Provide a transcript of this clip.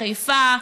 בחיפה,